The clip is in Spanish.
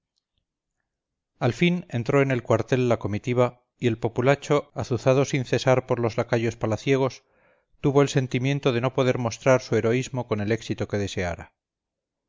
al fin entró en el cuartel la comitiva y el populacho azuzado sin cesar por los lacayos palaciegos tuvo el sentimiento de no poder mostrar su heroísmo con el éxito que deseara